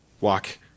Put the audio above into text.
walk